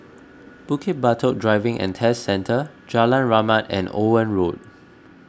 Bukit Batok Driving and Test Centre Jalan Rahmat and Owen Road